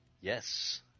Yes